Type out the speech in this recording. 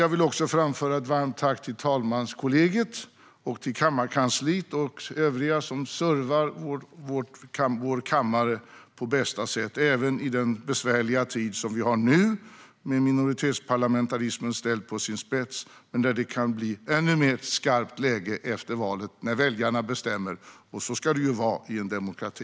Jag vill även framföra ett varmt tack till talmanskollegiet, till kammarkansliet och till övriga som servar vår kammare på bästa sätt även i den besvärliga tid vi befinner oss i nu, med minoritetsparlamentarismen ställd på sin spets. Det kan bli ännu mer skarpt läge efter valet, när väljarna bestämmer - och så ska det ju vara i en demokrati.